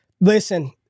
listen